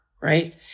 right